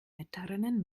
wettrennen